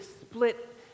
split